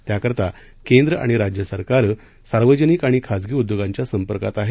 त्याकरता केंद्र आणि राज्य सरकारं सार्वजनिक आणि खासगी उद्योगांच्या संपर्कात आहेत